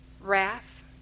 wrath